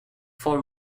four